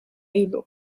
ilu